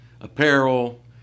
apparel